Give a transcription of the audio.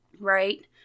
Right